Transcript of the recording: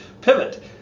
Pivot